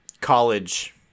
college